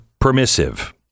permissive